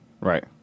Right